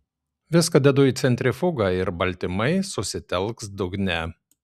viską dedu į centrifugą ir baltymai susitelks dugne